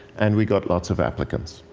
and we got lots of applicants.